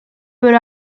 but